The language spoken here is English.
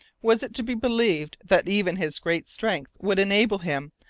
was it to be believed that even his great strength would enable him,